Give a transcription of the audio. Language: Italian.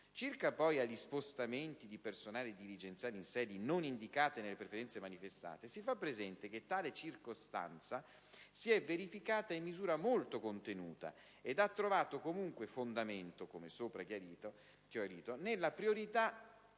Circa poi agli spostamenti di personale dirigenziale in sedi non indicate nelle preferenze manifestate, si fa presente che tale circostanza si è verificata in misura molto contenuta ed ha trovato comunque fondamento, come sopra chiarito, nella prioritaria